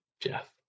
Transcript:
Jeff